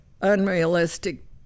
unrealistic